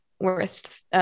worth